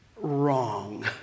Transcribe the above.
wrong